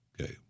Okay